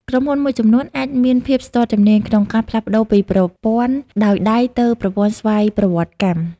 ក្រុមហ៊ុនមួយចំនួនអាចមានភាពស្ទាក់ស្ទើរក្នុងការផ្លាស់ប្តូរពីប្រព័ន្ធដោយដៃទៅប្រព័ន្ធស្វ័យប្រវត្តិកម្ម។